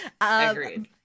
Agreed